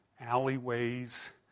alleyways